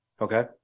Okay